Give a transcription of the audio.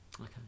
okay